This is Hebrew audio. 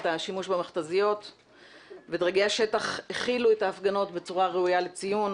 את השימוש במכת"זיות ודרגי השטח הכילו את ההפגנות בצורה ראויה לציון,